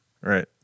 Right